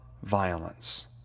violence